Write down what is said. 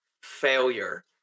failure